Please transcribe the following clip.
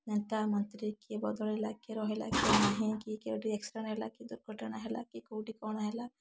ନେତା ମନ୍ତ୍ରୀ କିଏ ବଦଳିଲା କିଏ ରହିଲା କିଏ ନାହିଁ କି କିଏ କେଉଁଠି ଏକ୍ସଟ୍ରା ନେଲା କି ଦୁର୍ଘଟଣା ହେଲା କିଏ କେଉଁଠି କ'ଣ ହେଲା